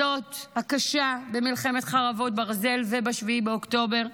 הזאת במלחמת חרבות ברזל וב-7 באוקטובר.